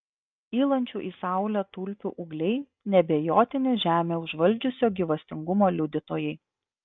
kylančių į saulę tulpių ūgliai neabejotini žemę užvaldžiusio gyvastingumo liudytojai